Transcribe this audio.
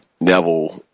Neville